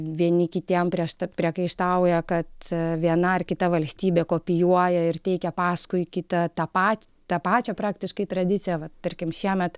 vieni kitiems prieš priekaištauja kad viena ar kita valstybė kopijuoja ir teikia paskui kitą tą patį tapačią praktiškai tradiciją va tarkim šiemet